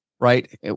Right